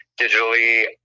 digitally